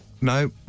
No